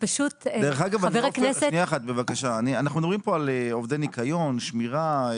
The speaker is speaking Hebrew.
אנחנו מדברים כאן על עובדי ניקיון ושמירה.